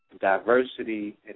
diversity